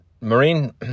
Marine